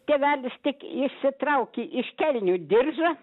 tėvelis tik išsitraukė iš kelnių diržą